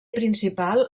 principal